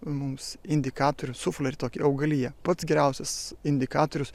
mums indikatorių suflerį tokia augalija pats geriausias indikatorius